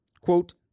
quote